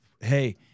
Hey